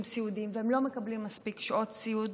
סיעודיים והם לא מקבלים מספיק שעות סיעוד.